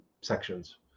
sections